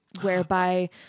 whereby